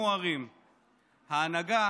התנועה הנאצית צמחה,